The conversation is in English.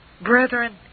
Brethren